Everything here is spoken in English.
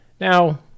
Now